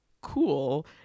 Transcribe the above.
cool